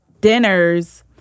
dinners